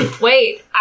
wait